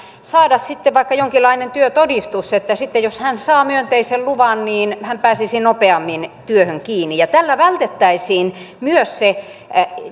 saada vaikka jonkinlainen työtodistus niin että sitten jos hän saa myönteisen luvan niin hän pääsisi nopeammin työhön kiinni tällä vältettäisiin myös se